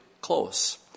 close